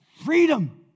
Freedom